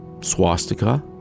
swastika